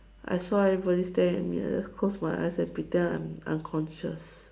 I saw everybody staring at me I just close my eyes and pretend I'm unconscious